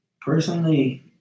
Personally